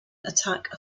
attack